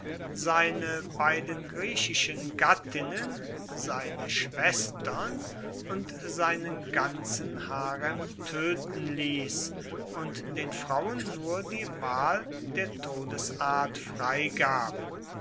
seine beiden griechischen gattinnen seine schwestern und seinen ganzen harem töten ließ und den frauen nur die wahl der todesart freigab